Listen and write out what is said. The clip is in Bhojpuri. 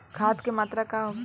खाध के मात्रा का होखे?